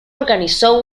organizó